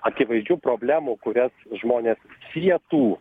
akivaizdžių problemų kurias žmonės sietų